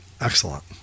Excellent